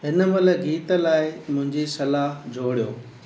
हिनमहिल गीत लाइ मुंहिंजी सलाहु जोड़ियो